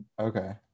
Okay